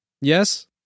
Yes